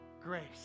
grace